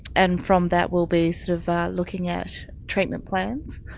and from that we'll be sort of looking at treatment plans.